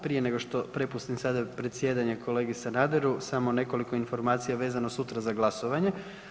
Prije nego što prepustim sada predsjedanje kolegi Sanaderu, samo nekoliko informacija vezano sutra za glasovanje.